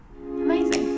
Amazing